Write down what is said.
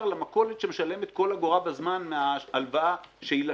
למכולת שמשלמת כל אגורה בזמן מההלוואה שהיא לקחה.